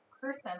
person